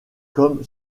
comme